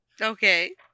Okay